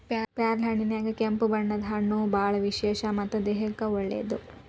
ಪ್ಯಾರ್ಲಹಣ್ಣಿನ್ಯಾಗ ಕೆಂಪು ಬಣ್ಣದ ಹಣ್ಣು ಬಾಳ ವಿಶೇಷ ಮತ್ತ ದೇಹಕ್ಕೆ ಒಳ್ಳೇದ